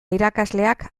irakasleak